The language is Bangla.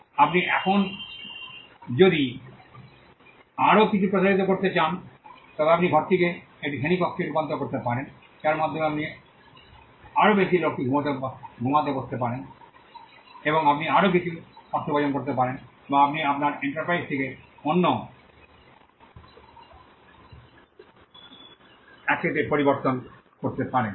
এখন আপনি যদি আরও কিছুটা প্রসারিত করতে চান তবে আপনি ঘরটিকে একটি শ্রেণিকক্ষে রূপান্তর করতে পারবেন যার মাধ্যমে আপনি আরও বেশি লোককে ঘুমাতে বসতে পারেন এবং আপনি আরও কিছু অর্থোপার্জন করতে পারেন বা আপনি আপনার এন্টারপ্রাইজটিকে অন্য 1 তে পরিবর্তন করতে পারেন